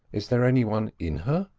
is there any one in her?